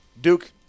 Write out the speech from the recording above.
Duke